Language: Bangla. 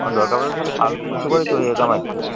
কারণ দরকার পড়লে তাহলে কাল পরশু করেই চলে যেতাম আর কি